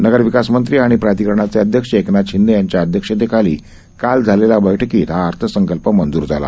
नगर विकास मंत्री आणि प्राधिकरणाचे अध्यक्ष एकनाथ शिंदे यांच्या अध्यक्षतेखाली काल झालेल्या बैठकीत हा अर्थसंकल्प मंजूर झाला